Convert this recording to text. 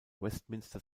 westminster